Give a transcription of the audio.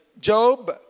Job